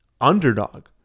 Underdog